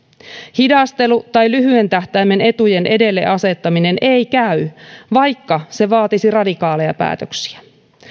hidastelu tai lyhyen tähtäimen etujen edelle asettaminen ei käy vaikka se vaatisi radikaaleja päätöksiä